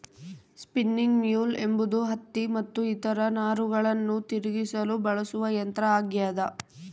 spinning mule ಎಂಬುದು ಹತ್ತಿ ಮತ್ತು ಇತರ ನಾರುಗಳನ್ನು ತಿರುಗಿಸಲು ಬಳಸುವ ಯಂತ್ರ ಆಗ್ಯದ